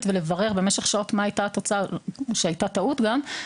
ולברר במשך שעות מה הייתה התוצאה שהייתה טעות גם,